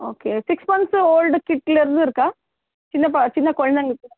okay six month old கிட்லேர்ந்து இருக்கா சின்னப்ப சின்ன குழந்தைங்களுக்கு கூட இருக்கா